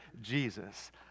Jesus